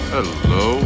Hello